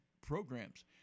programs